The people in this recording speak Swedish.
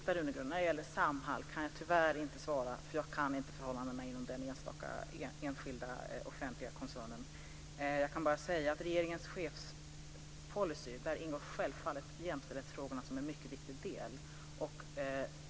Jag kan tyvärr inte svara på Rosita Runegrunds fråga om Samhall, för jag kan inte förhållandena inom den enskilda offentliga koncernen. Jag kan bara säga att i regeringens chefspolicy ingår självfallet jämställdhetsfrågorna som en mycket viktig del.